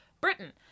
Britain